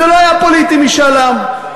זה לא היה פוליטי, משאל העם.